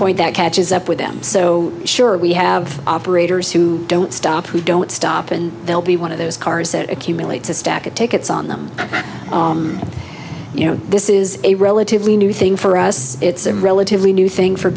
point that catches up with them so sure we have operators who don't stop we don't stop and they'll be one of those cars that accumulates a stack of tickets on them you know this is a relatively new thing for us it's a relatively new thing for